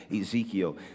Ezekiel